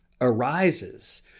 arises